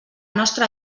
nostra